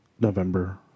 November